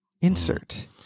insert